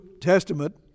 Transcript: Testament